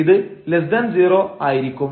ഇത് 0 ആയിരിക്കും